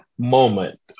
moment